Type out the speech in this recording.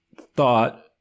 thought